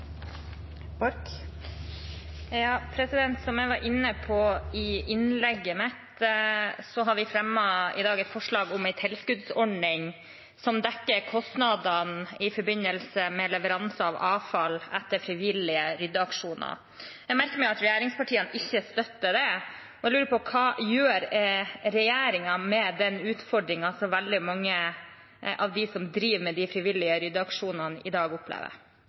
Som jeg var inne på i innlegget mitt, har vi i dag fremmet et forslag om en tilskuddsordning som dekker kostnadene i forbindelse med leveranse av avfall etter frivillige ryddeaksjoner. Jeg merker meg at regjeringspartiene ikke støtter det. Jeg lurer på: Hva gjør regjeringen med den utfordringen som veldig mange av dem som driver med de frivillige ryddeaksjonene i dag, opplever?